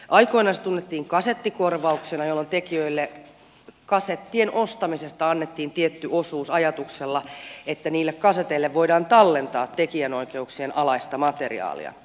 aikoinaan se tunnettiin kasettikorvauksena jolloin tekijöille annettiin kasettien ostamisesta tietty osuus ajatuksella että niille kaseteille voidaan tallentaa tekijänoikeuksien alaista materiaalia